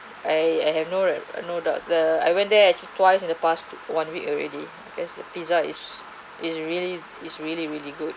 I I have no right no doubt the I went there twice in the past one week already because the pizza is is really is really really good